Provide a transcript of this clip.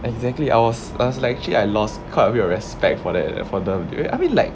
exactly I was I was like actually I lost quite a bit of respect for that for them eh I mean like